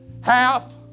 half